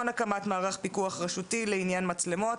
הקמת מערך פיקוח רשותי לעניין מצלמות,